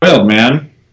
man